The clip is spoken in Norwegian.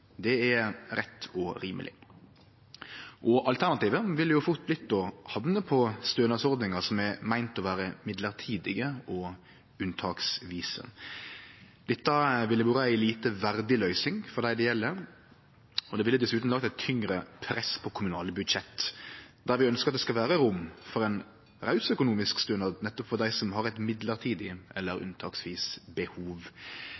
Det er rett og rimeleg. Alternativet ville fort vere å hamne på stønadsordningar som er meinte å vere mellombelse og unntaksvise. Dette ville vore ei lite verdig løysing for dei det gjeld, og det ville dessutan lagt eit tyngre press på kommunale budsjett, der vi ønskjer det skal vere rom for ein raus økonomisk stønad nettopp for dei som har eit mellombels eller